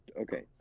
okay